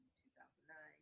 2009